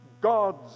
God's